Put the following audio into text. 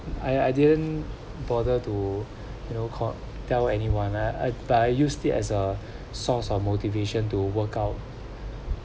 I I didn't bother to you know caught tell anyone ah but I used it as a source of motivation to workout